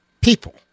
people